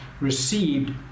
received